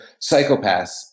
Psychopaths